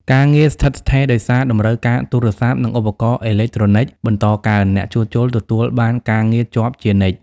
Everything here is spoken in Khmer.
ការងារស្ថិតស្ថេរ ដោយសារតម្រូវការទូរស័ព្ទ និងឧបករណ៍អេឡិចត្រូនិចបន្តកើន អ្នកជួសជុលទទួលបានការងារជាប់ជានិច្ច។